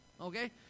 Okay